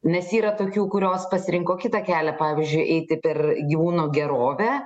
nes yra tokių kurios pasirinko kitą kelią pavyzdžiui eiti per gyvūno gerovę